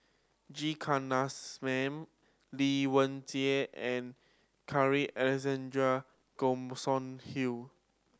G Kandasamy Lai Weijie and Carl Alexander Hill